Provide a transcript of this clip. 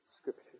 Scripture